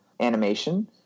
animation